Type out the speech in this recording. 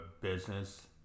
business